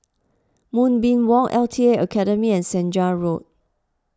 Moonbeam Walk L T A Academy and Senja Road